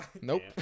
Nope